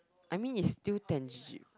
I mean it's still tangi~